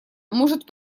может